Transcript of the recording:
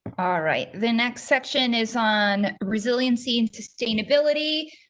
right, the next section is on resiliency sustainability.